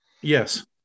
Yes